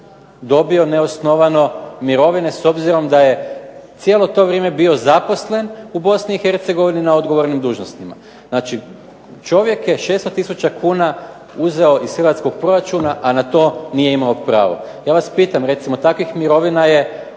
dobio neosnovano mirovine s obzirom da je cijelo to vrijeme bio zaposlen u Bosni i Hercegovini na odgovornim dužnostima. Znači, čovjek je 600 tisuća kuna uzeo iz hrvatskog proračuna, a na to nije imao pravo. Ja vas pitam, recimo takvih mirovina je